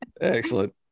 Excellent